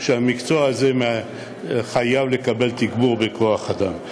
שהמקצוע הזה חייב לקבל תגבור של כוח-אדם.